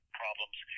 problems